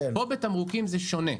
כאן, בתמרוקים, זה שונה.